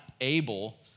able